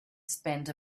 spend